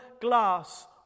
glass